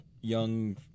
young